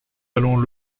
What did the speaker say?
allons